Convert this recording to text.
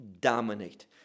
dominate